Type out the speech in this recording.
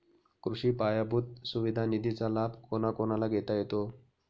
कृषी पायाभूत सुविधा निधीचा लाभ कोणाकोणाला घेता येतो?